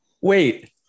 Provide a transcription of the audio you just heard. Wait